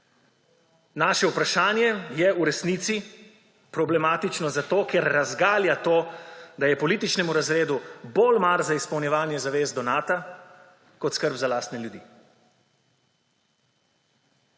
Naše vprašanje je v resnici problematično zato, ker razgalja to, da je političnemu razredu bolj mar za izpolnjevanje zavez do Nata kot skrb za lastne ljudi.